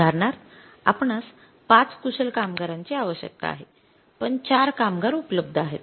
उदाहरणार्थ आपणास ५ कुशल कामगारांची आवश्यकता आहे पण ४ कामगार उपलब्ध आहेत